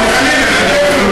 חס וחלילה,